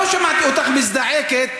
ולא שמעתי אותך מזדעקת,